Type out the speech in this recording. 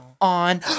on